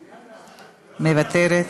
מוותרת,